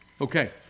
Okay